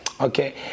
Okay